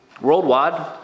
Worldwide